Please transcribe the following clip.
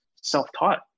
self-taught